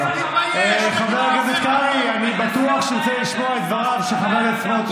מאות אלפי הורים עומדים בתור בגלל ההפקרות שלכם,